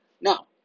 Now